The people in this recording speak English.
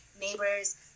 neighbors